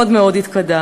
מאוד מאוד התקדמנו.